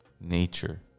nature